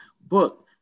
book